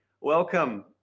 welcome